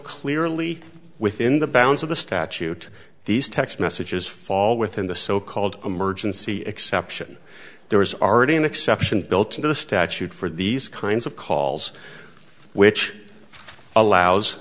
clearly within the bounds of the statute these text messages fall within the so called emergency exception there is already an exception built into the statute for these kinds of calls which allows